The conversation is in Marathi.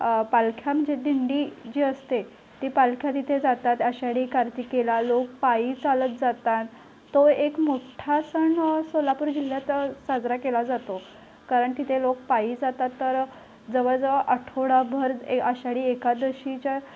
पालख्या म्हणजे दिंडी जी असते ती पालख्या तिथे जातात आषाढी कार्तिकीला लोक पायी चालत जातात तो एक मोठा सण सोलापूर जिल्ह्यात साजरा केला जातो कारण तिथे लोक पायी जातात तर जवळ जवळ आठवडाभर ए आषाढी एकादशीच्या